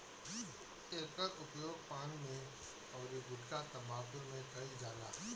एकर उपयोग पान में अउरी गुठका तम्बाकू में कईल जाला